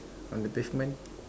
on the pavement